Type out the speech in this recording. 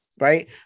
Right